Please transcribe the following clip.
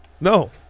No